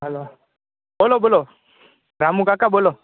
hello બોલો બોલો રામુકાકા બોલો